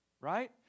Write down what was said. right